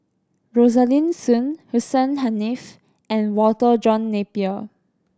Rosaline Soon Hussein Haniff and Walter John Napier